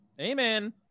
Amen